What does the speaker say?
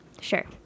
Sure